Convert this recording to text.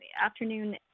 Afternoon